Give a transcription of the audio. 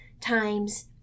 times